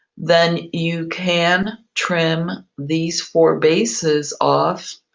then you can trim these four bases off